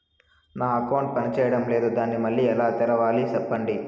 నా అకౌంట్ పనిచేయడం లేదు, దాన్ని మళ్ళీ ఎలా తెరవాలి? సెప్పండి